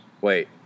Wait